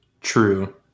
true